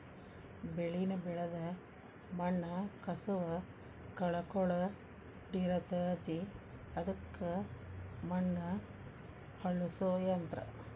ಬೆಳಿನ ಬೆಳದ ಮಣ್ಣ ಕಸುವ ಕಳಕೊಳಡಿರತತಿ ಅದಕ್ಕ ಮಣ್ಣ ಹೊಳ್ಳಸು ಯಂತ್ರ